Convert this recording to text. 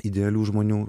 idealių žmonių